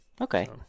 Okay